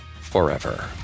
forever